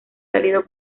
salido